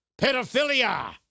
pedophilia